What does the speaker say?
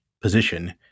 position